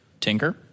Tinker